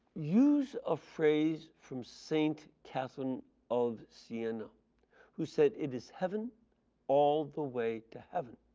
use a phrase from st. catherine of siena who said it is heaven all the way to heaven.